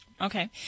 Okay